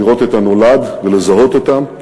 לראות את הנולד ולזהות אותם: